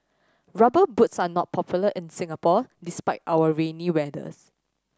Rubber Boots are not popular in Singapore despite our rainy weathers